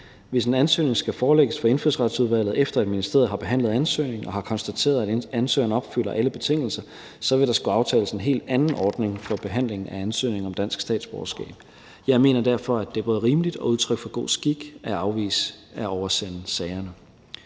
Hvis en ansøgning skal forelægges for Indfødsretsudvalget, efter at ministeriet har behandlet ansøgningen og har konstateret, at ansøgeren opfylder alle betingelser, så vil der skulle aftales en helt anden ordning for behandling af ansøgning om dansk statsborgerskab. Jeg mener derfor, at det både er rimeligt og udtryk for god skik at afvise at oversende sagerne.